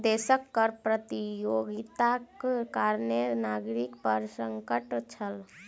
देशक कर प्रतियोगिताक कारणें नागरिक पर संकट छल